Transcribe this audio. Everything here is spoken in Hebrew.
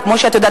וכמו שאת יודעת,